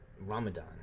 Ramadan